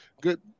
Good